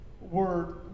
word